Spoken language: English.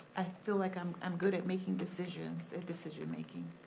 feel like i'm and good at making decisions, at decision-making.